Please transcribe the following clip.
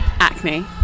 acne